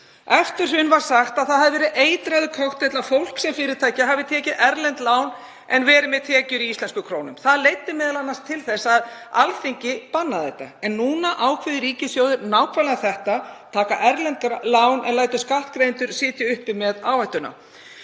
Eftir hrun var sagt að það hefði verið eitraður kokteill að fólk sem fyrirtæki hafi tekið erlend lán en verið með tekjur í íslenskum krónum. Það leiddi m.a. til þess að Alþingi bannaði slíkt. En nú ákveður ríkissjóður að gera nákvæmlega þetta, að taka erlend lán en lætur skattgreiðendur sitja uppi með áhættuna.